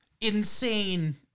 insane